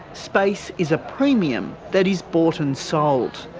space is a premium that is bought and sold.